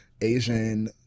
Asian